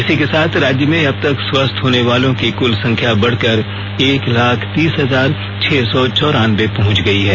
इसी के साथ राज्य में अब तक स्वस्थ होने वालों की कुल संख्या बढ़कर एक लाख तीस हजार छह सौ चौरानबे पहुंच गई है